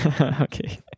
Okay